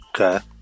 Okay